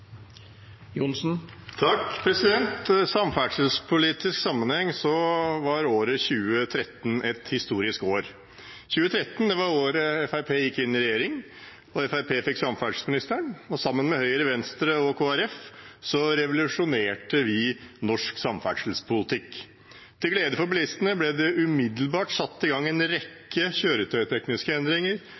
samferdselspolitisk sammenheng var året 2013 et historisk år. 2013 var året Fremskrittspartiet gikk inn i regjering. Fremskrittspartiet fikk samferdselsministeren, og sammen med Høyre, Venstre og Kristelig Folkeparti revolusjonerte vi norsk samferdselspolitikk. Til glede for bilistene ble det umiddelbart satt i gang en rekke kjøretøytekniske endringer,